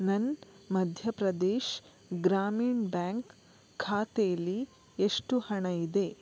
ನನ್ನ ಮಧ್ಯ ಪ್ರದೇಶ್ ಗ್ರಾಮೀಣ್ ಬ್ಯಾಂಕ್ ಖಾತೇಲಿ ಎಷ್ಟು ಹಣ ಇದೆ